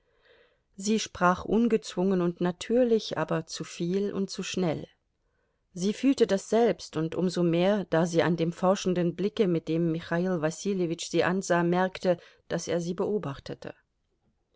sie sprach ungezwungen und natürlich aber zu viel und zu schnell sie fühlte das selbst und um so mehr da sie an dem forschenden blicke mit dem michail wasiljewitsch sie ansah merkte daß er sie beobachtete